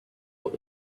what